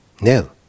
no